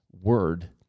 word